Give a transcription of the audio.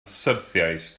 syrthiaist